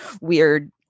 weird